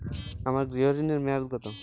আমার গৃহ ঋণের মেয়াদ কত?